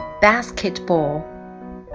basketball